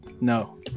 no